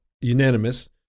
unanimous